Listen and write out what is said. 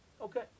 Okay